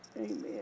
Amen